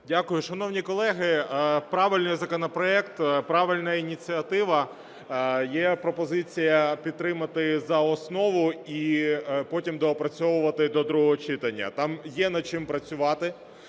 Дякую. Шановні колеги, правильний законопроект, правильна ініціатива, є пропозиція підтримати за основу і потім доопрацьовувати до другого читання. Там є над чим працювати,